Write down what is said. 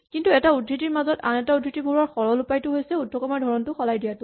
কিন্তু এটা উদ্ধৃতিৰ মাজত আন এটা উদ্ধৃতি ভৰোৱাৰ সৰল উপায়টো হৈছে উদ্ধকমাৰ ধৰণটো সলাই দিয়াটো